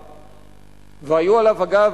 אגב,